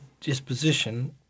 disposition